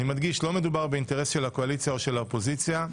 אני מדגיש: לא מדובר באינטרס של הקואליציה או של האופוזיציה,